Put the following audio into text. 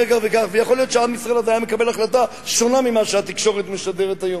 ויכול להיות שעם ישראל אז היה מקבל החלטה שונה ממה שהתקשורת משדרת היום.